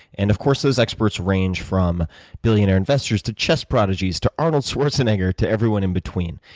and of course those experts range from billionaire investors to chess prodigies to arnold schwarzenegger to everyone in between.